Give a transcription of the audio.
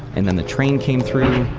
and then the train came through,